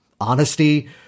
honesty